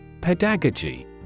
Pedagogy